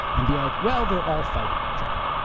and be like, well, they're all fighting each other.